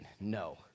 no